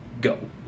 go